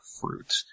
fruit